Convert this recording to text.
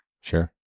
Sure